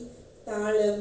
okay nevermind